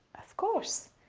of course.